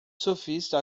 surfista